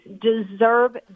deserve